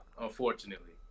unfortunately